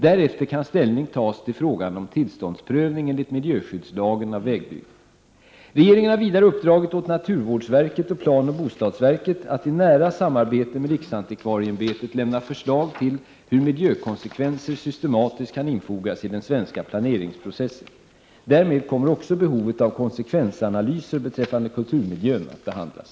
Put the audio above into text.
Därefter kan ställning tas till frågan om tillståndsprövning av vägbygge enligt miljöskyddslagen . Regeringen har vidare uppdragit åt naturvårdsverket och planoch bostadsverket att i nära samarbete med riksantikvarieämbetet lämna förslag till hur miljökonsekvenser systematiskt kan infogas i den svenska planeringsprocessen. Därmed kommer också behovet av konsekvensanalyser beträffande kulturmiljön att behandlas.